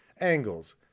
angles